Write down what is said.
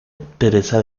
teresa